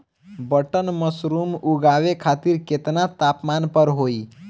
Button mushroom उगावे खातिर केतना तापमान पर होई?